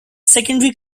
secondary